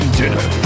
dinner